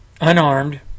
unarmed